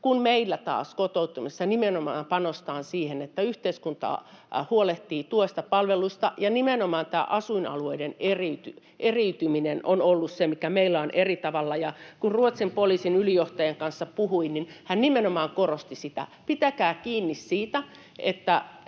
kun meillä taas kotouttamisessa nimenomaan panostetaan siihen, että yhteiskunta huolehtii tuesta, palvelusta, ja nimenomaan asuinalueiden eriytyminen on ollut se, mikä meillä on eri tavalla. Kun Ruotsin poliisin ylijohtajan kanssa puhuin, niin hän nimenomaan korosti sitä, että pitäkää kiinni siitä, että